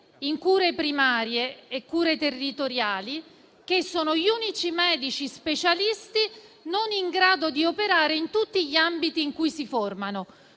in cure primarie e territoriali che sono gli unici specialisti non in grado di operare in tutti gli ambiti in cui si formano.